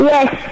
Yes